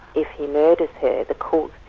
if he murders her, the court